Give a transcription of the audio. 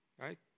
right